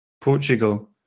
Portugal